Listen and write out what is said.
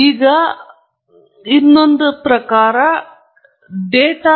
ಈಗ ಅದು ಒಂದು ಮಾರ್ಗವಾಗಿದೆ